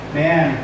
man